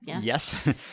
Yes